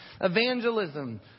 evangelism